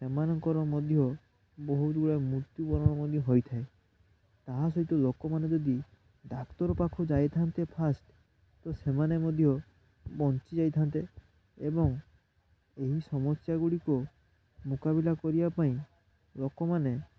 ସେମାନଙ୍କର ମଧ୍ୟ ବହୁତଗୁଡ଼ାଏ ମୃତ୍ୟୁବରଣ ମଧ୍ୟ ହୋଇଥାଏ ତାହା ସହିତ ଲୋକମାନେ ଯଦି ଡାକ୍ତର ପାଖକୁ ଯାଇଥାନ୍ତେ ଫାଷ୍ଟ ତ ସେମାନେ ମଧ୍ୟ ବଞ୍ଚିଯାଇଥାନ୍ତେ ଏବଂ ଏହି ସମସ୍ୟାଗୁଡ଼ିକ ମୁକାବିଲା କରିବା ପାଇଁ ଲୋକମାନେ